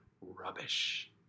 rubbish